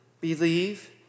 believe